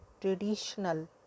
traditional